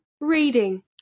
reading